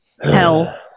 Hell